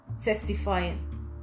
testifying